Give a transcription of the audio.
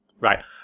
Right